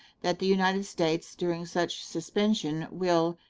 that the united states during such suspension will,